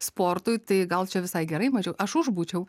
sportui tai gal čia visai gerai mažiau aš už būčiau